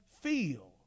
feel